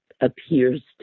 appears